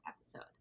episode